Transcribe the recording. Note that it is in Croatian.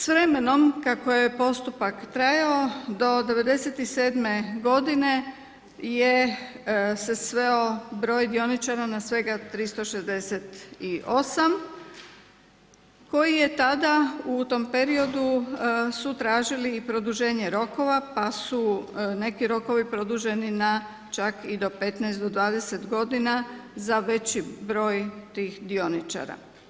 S vremenom kako je postupak trajao do '97.godine se sveo broj dioničara na svega 368 koji je tada, u tom periodu su tražili i produženje rokova pa su neki rokovi produženi na čak i do 15 do 20 godina za veći broj tih dioničara.